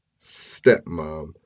stepmom